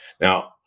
Now